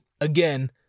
again